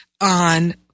on